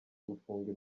gufunga